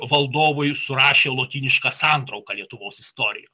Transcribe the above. valdovui surašė lotynišką santrauką lietuvos istorijos